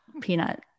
peanut